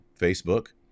Facebook